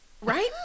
Right